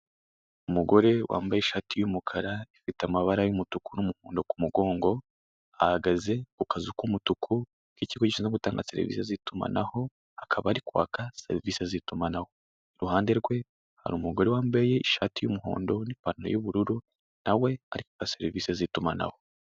Umugore wambaye ishati ya umukara, ifite amabara ya umutuku na umuhondo kumugongo, ahagaze kukazu ka umutuku kikigo gishinzwe gutanga serivise za itumanaho, akaba ari kwaka serivise za itumanaho. Iruhande rwe hari umugore wambaye ishati ya umuhondo na ipantaro ya ubururu, nawe ari kwaka serivise za itumanaho.